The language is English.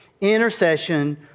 intercession